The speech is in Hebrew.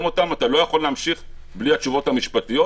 אותם אתה לא יכול להמשיך בלי התשובות המשפטיות,